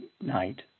night